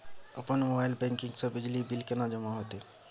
अपन mobile banking से बिजली बिल केने जमा हेते?